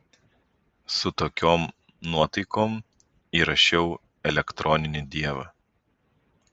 su tokiom nuotaikom įrašiau elektroninį dievą